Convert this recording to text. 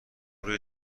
روی